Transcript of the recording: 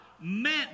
meant